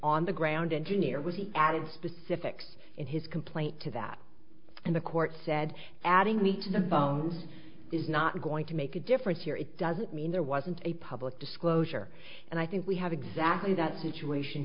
on the ground engineer was he added specifics in his complaint to that and the court said adding the to the bones is not going to make a difference here it doesn't mean there wasn't a public disclosure and i think we have exactly that situation